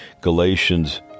galatians